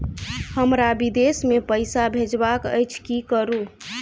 हमरा विदेश मे पैसा भेजबाक अछि की करू?